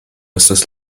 estas